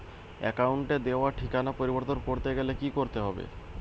অ্যাকাউন্টে দেওয়া ঠিকানা পরিবর্তন করতে গেলে কি করতে হবে?